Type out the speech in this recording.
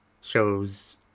shows